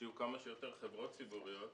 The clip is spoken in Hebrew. שיהיו כמה שיותר חברות ציבוריות,